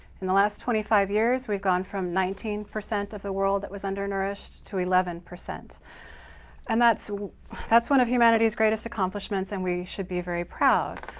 in the last twenty five years, we've gone from nineteen percent of the world that was undernourished to eleven. and that's that's one of humanity's greatest accomplishments and we should be very proud.